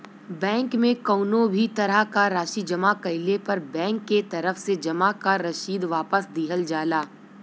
bank में कउनो भी तरह क राशि जमा कइले पर बैंक के तरफ से जमा क रसीद वापस दिहल जाला